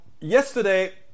Yesterday